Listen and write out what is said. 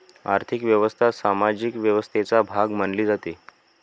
आर्थिक व्यवस्था सामाजिक व्यवस्थेचा भाग मानली जाते